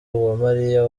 uwamariya